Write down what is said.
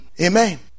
amen